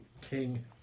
king